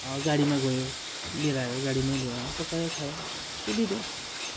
गाडीमा गयो लिएर आयो गाडीमै ल्यायो पकायो खायो सुविधा